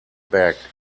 bag